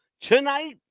Tonight